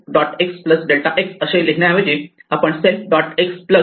x delta x असे लिहिण्या ऐवजी आपण फक्त सेल्फ